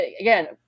Again